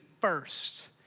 first